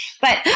but-